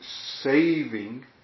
saving